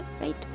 right